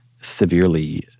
severely